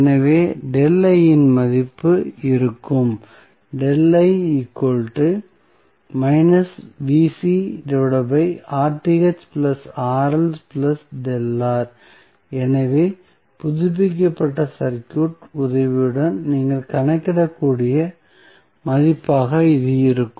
எனவே இன் மதிப்பு இருக்கும் எனவே புதுப்பிக்கப்பட்ட சர்க்யூட் உதவியுடன் நீங்கள் கணக்கிடக்கூடிய மதிப்பாக இது இருக்கும்